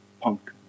punk